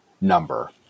number